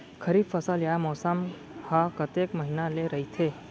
खरीफ फसल या मौसम हा कतेक महिना ले रहिथे?